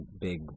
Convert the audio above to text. big